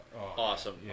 Awesome